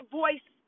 voice